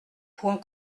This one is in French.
point